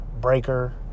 Breaker